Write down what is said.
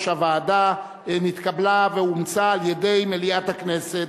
הוועדה נתקבלה ואומצה על-ידי מליאת הכנסת.